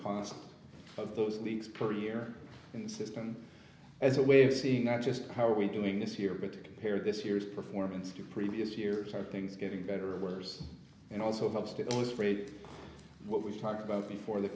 cost of those leaks per year in the system as a way of seeing not just how are we doing this year but to compare this year's performance of your previous years are things getting better or worse and also helps to illustrate what we've talked about before the